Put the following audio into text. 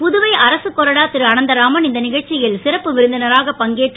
புதுவை அரசுக்கொறடா திருஅனந்தராமன் இந்த நிகழ்ச்சியில் சிறப்பு விருந்தினராக பங்கேற்று